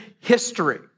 history